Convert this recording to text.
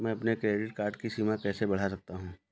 मैं अपने credit card की सीमा कैसे बढ़ा सकता हूँ?